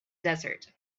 desert